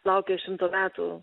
laukė šimto metų